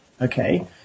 Okay